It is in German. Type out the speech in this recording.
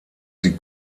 sie